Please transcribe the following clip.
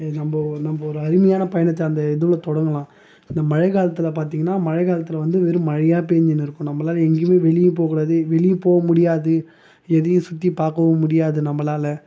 நம்ம நம்ம ஒரு அருமையான பயணத்தை அந்த இதில் தொடங்கலாம் இந்த மழைக்காலத்தில் பார்த்தீங்கன்னா மழைக்காலத்தில் வந்து வெறும் மழையாக பெஞ்சுனு இருக்கும் நம்மளால எங்கேயுமே வெளியே போகக் கூடாது வெளியே போக முடியாது எதையும் சுற்றி பார்க்கவும் முடியாது நம்மளால